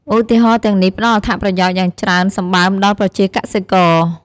ឧបករណ៍ទាំងនេះផ្ដល់អត្ថប្រយោជន៍យ៉ាងច្រើនសម្បើមដល់ប្រជាកសិករ។